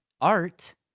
art